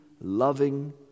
loving